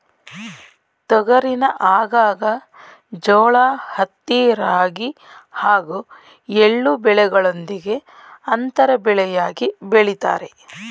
ತೊಗರಿನ ಆಗಾಗ ಜೋಳ ಹತ್ತಿ ರಾಗಿ ಹಾಗೂ ಎಳ್ಳು ಬೆಳೆಗಳೊಂದಿಗೆ ಅಂತರ ಬೆಳೆಯಾಗಿ ಬೆಳಿತಾರೆ